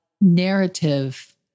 narrative